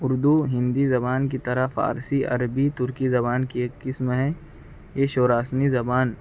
اردو ہندی زبان کی طرح فارسی عربی ترکی زبان کی ایک قسم ہے یہ شوراشنی زبان